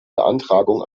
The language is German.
beantragung